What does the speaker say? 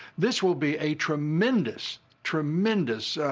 this will be a tremendous, tremendous